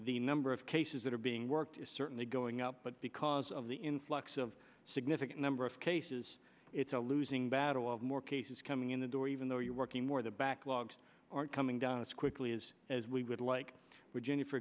the number of cases that are being worked is certainly going up but because of the influx of significant number of case says it's a losing battle of more cases coming in the door even though you're working more the backlogs aren't coming down as quickly as as we would like virginia for